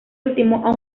último